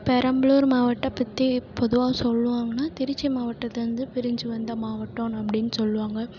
பெரம்பலூர் மாவட்டதை பற்றி பொதுவாக சொல்லுவாங்கன்னா திருச்சி மாவட்டத்துலேருந்து பிரிஞ்சு வந்த மாவட்டம் அப்படின்னு சொல்லுவாங்க